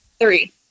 Three